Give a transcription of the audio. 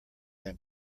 than